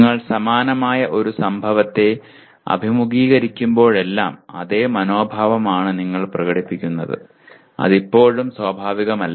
നിങ്ങൾ സമാനമായ ഒരു സംഭവത്തെ അഭിമുഖീകരിക്കുമ്പോഴെല്ലാം അതേ മനോഭാവമാണ് നിങ്ങൾ പ്രകടിപ്പിക്കുന്നത് അത് ഇപ്പോഴും സ്വാഭാവികമല്ല